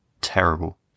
terrible